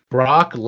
Brock